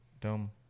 dumb